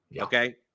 Okay